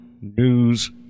news